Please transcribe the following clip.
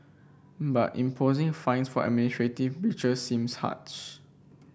but imposing fines for breaches seems harsh